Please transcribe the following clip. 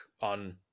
on